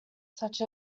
such